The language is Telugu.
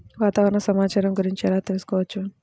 వాతావరణ సమాచారము గురించి ఎలా తెలుకుసుకోవచ్చు?